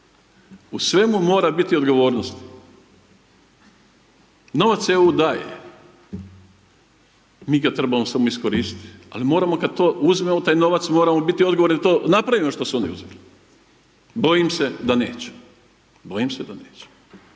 U svemu mora biti odgovornosti, novce EU daje, mi ga trebamo samo iskoristiti, al moramo kad uzmemo taj novac mi moramo biti odgovorni da to napravimo što su oni uzeli, bojim se da neće, bojim se da neće.